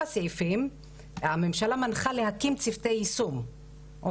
הסעיפים הממשלה מנחה להקים צוותי יישום,